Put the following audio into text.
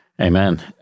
Amen